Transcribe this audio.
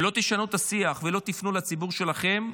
אם לא תשנו את השיח ולא תפנו לציבור שלכם,